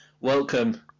Welcome